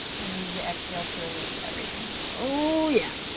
and we use the exhale to release everything. oh yeah.